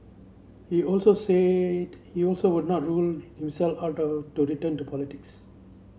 he also said he also would not rule himself out of to return to politics